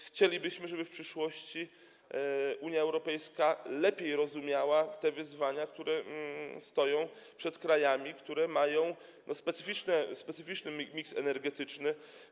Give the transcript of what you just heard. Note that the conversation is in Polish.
Chcielibyśmy, żeby w przyszłości Unia Europejska lepiej rozumiała wyzwania, które stoją przed krajami, które mają specyficzny miks energetyczny.